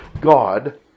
God